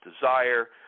desire